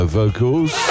vocals